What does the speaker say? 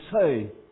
say